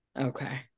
okay